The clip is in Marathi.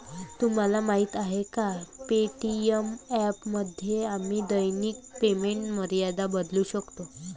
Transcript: तुम्हाला माहीत आहे का पे.टी.एम ॲपमध्ये आम्ही दैनिक पेमेंट मर्यादा बदलू शकतो?